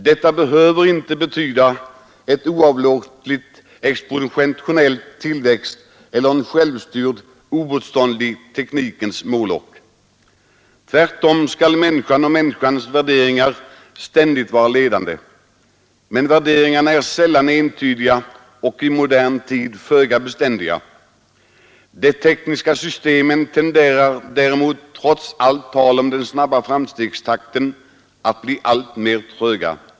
Detta behöver inte betyda en oavlåtlig exponentiell tillväxt eller en självstyrd, oemotståndlig teknikens molok. Tvärtom skall människan och människans värderingar ständigt vara ledande. Men värderingarna är sällan entydiga och i modern tid föga beständiga. De tekniska systemen tenderar däremot, trots allt tal om den snabba framstegstakten, att bli alltmer tröga.